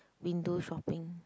window shopping